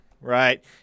right